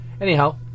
Anyhow